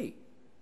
מי?